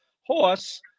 horse